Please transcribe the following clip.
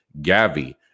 Gavi